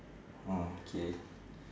orh K